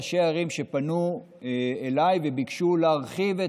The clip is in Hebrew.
וראשי ערים פנו אליי וביקשו להרחיב,